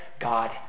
God